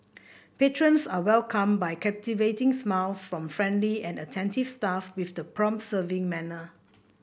patrons are welcomed by captivating smiles from friendly and attentive staff with the prompt serving manner